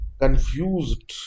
confused